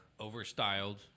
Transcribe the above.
Overstyled